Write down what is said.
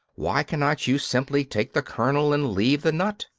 why cannot you simply take the kernel and leave the nut?